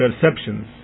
perceptions